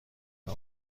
آیا